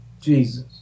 Jesus